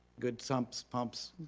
good sump so pumps.